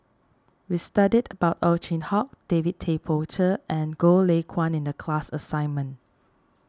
we studied about Ow Chin Hock David Tay Poey Cher and Goh Lay Kuan in the class assignment